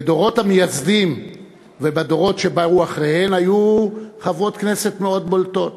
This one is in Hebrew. בדורות המייסדים ובדורות שבאו אחריהם היו חברות כנסת מאוד בולטות,